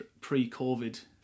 pre-covid